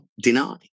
deny